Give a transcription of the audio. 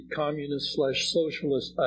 communist-slash-socialist